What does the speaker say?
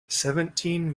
seventeen